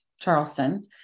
Charleston